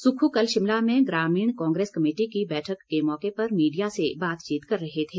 सुक्खू कल शिमला में ग्रामीण कांग्रेस कमेटी की बैठक के मौके पर मीडिया से बातचीत कर रहे थे